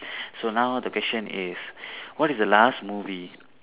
so now the question is what is the last movie